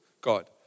God